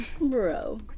Bro